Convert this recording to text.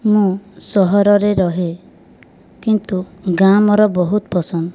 ମୁଁ ସହରରେ ରୁହେ କିନ୍ତୁ ଗାଁ ମୋର ବହୁତ ପସନ୍ଦ